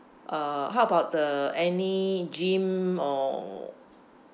uh how about the any gym or